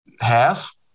half